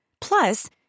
Plus